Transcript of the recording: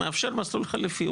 מאפשר מסלול חלופי.